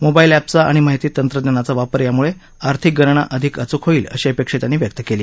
mobile एपचा आणि माहिती तंत्रज्ञानाचा वापर याम्ळे आर्थिक गणना अधिक अचूक होईल अशी अपेक्षा त्यांनी व्यक्त केली